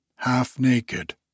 half-naked